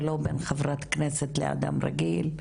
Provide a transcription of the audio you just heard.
ולא בין חברת כנסת לאדם רגיל,